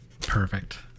perfect